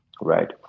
right